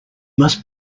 must